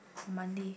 Monday